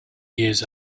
years